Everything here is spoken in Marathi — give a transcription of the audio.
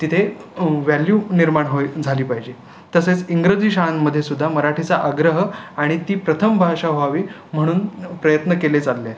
तिथे व्हॅल्यू निर्माण होई झाली पाहिजे तसेच इंग्रजी शाळांमध्ये सुद्धा मराठीचा आग्रह आणि ती प्रथम भाषा व्हावी म्हणून प्रयत्न केले चालले आहे